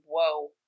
whoa